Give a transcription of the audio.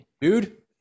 dude